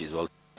Izvolite.